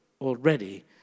already